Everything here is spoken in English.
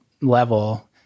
level